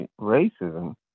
racism